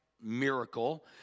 miracle